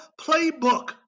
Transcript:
playbook